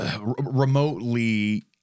Remotely